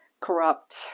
corrupt